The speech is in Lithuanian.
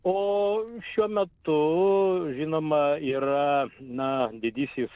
o šiuo metu žinoma yra na didysis